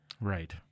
Right